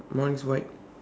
my one is white